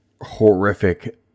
horrific